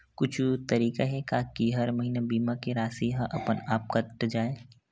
कुछु तरीका हे का कि हर महीना बीमा के राशि हा अपन आप कत जाय?